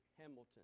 Hamilton